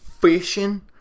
fishing